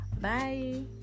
Bye